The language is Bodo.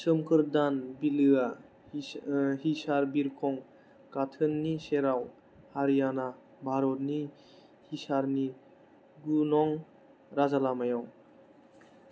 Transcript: सोमखोर दान बिलोआ हिसार बिरखं गाथोननि सेराव हारियाना भारतनि हिसारनि गु नं राजालामायाव